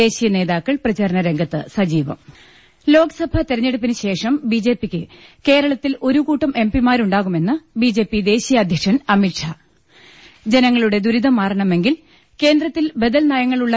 ദേശീയ നേതാക്കൾ പ്രചാരണ രംഗത്ത് സജീവം ലോക്സഭാ തെരഞ്ഞെടുപ്പിനുശേഷം ബി ജെ പിക്ക് കേരളത്തിൽ ഒരു കൂട്ടം എം പിമാരുണ്ടാകുമെന്ന് ബി ജെ പി ദേശീയ അധ്യക്ഷൻ അമിത്ഷാ ജനങ്ങളുടെ ദൂരിതം മാറണമെങ്കിൽ കേന്ദ്രത്തിൽ ബദൽ നയങ്ങളുള്ള